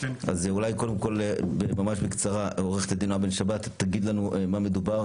אז אולי קודם כל ממש בקצרה עו"ד נעה בן שבת תגיד לנו מה מדובר,